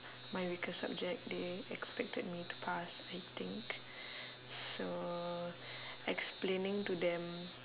my weaker subject they expected me to pass I think so explaining to them